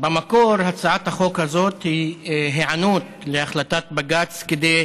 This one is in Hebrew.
במקור הצעת החוק הזאת היא היענות להחלטת בג"ץ כדי